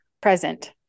present